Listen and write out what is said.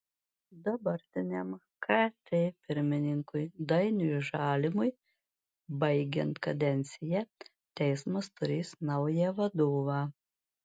dabartiniam kt pirmininkui dainiui žalimui baigiant kadenciją teismas turės naują vadovą